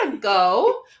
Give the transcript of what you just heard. Go